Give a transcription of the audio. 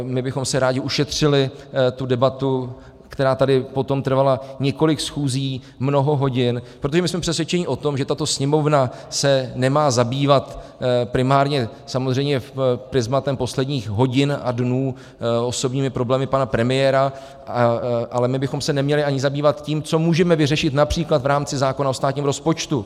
My bychom si rádi ušetřili tu debatu, která tady potom trvala několik schůzí, mnoho hodin, protože jsme přesvědčeni o tom, že tato Sněmovna se nemá zabývat primárně samozřejmě prizmatem posledních hodin a dnů osobními problémy pana premiéra, ale my bychom se neměli ani zabývat tím, co můžeme vyřešit například v rámci zákona o státním rozpočtu.